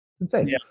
insane